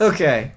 Okay